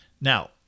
Now